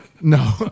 no